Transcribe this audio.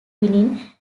wing